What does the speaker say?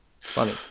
Funny